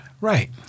Right